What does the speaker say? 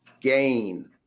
gain